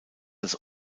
als